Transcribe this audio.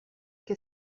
que